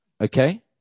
Okay